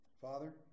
Father